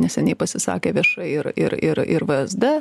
neseniai pasisakė viešai ir ir ir ir vsd